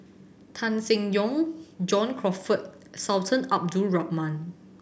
Tan Seng Yong John Crawfurd Sultan Abdul Rahman